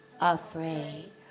afraid